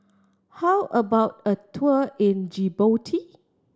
how about a tour in Djibouti